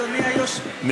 אדוני היושב-ראש,